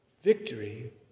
Victory